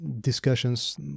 discussions